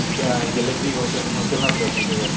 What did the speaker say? ꯑꯥ galaxy hotel ꯅꯠꯇ꯭ꯔꯣ ꯁꯤꯁꯤꯕꯣ